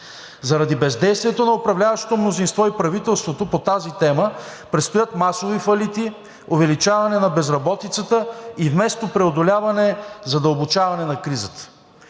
Заради бездействието на управляващото мнозинство и правителството по тази тема предстоят масови фалити, увеличаване на безработицата и вместо преодоляване – задълбочаване на кризата.